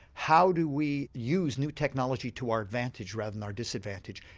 how do we use new technology to our advantage rather than our disadvantage?